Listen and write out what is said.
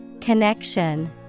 Connection